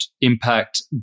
impact